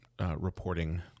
Reporting